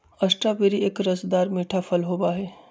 strawberry एक रसदार मीठा फल होबा हई